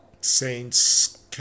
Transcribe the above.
Saints